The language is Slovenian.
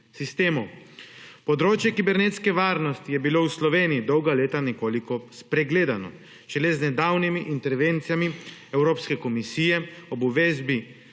Področje kibernetske varnosti je bilo v Sloveniji dolga leta nekoliko spregledano. Šele z nedavnimi intervencijami Evropske komisije ob uvedbi